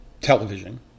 television